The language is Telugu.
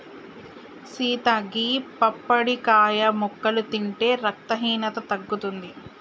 సీత గీ పప్పడికాయ ముక్కలు తింటే రక్తహీనత తగ్గుతుంది